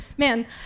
Man